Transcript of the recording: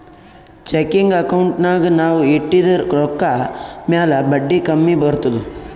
checking ಅಕೌಂಟ್ನಾಗ್ ನಾವ್ ಇಟ್ಟಿದ ರೊಕ್ಕಾ ಮ್ಯಾಲ ಬಡ್ಡಿ ಕಮ್ಮಿ ಬರ್ತುದ್